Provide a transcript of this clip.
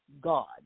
God